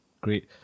Great